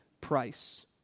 price